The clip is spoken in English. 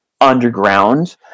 underground